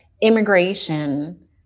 immigration